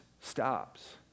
stops